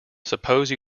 suppose